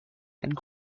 and